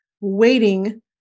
waiting